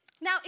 Now